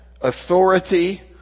authority